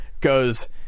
goes